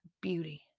beauty